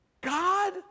God